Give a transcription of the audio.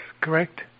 correct